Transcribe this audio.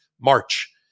March